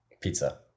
Pizza